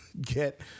get